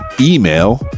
email